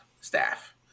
staff